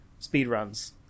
speedruns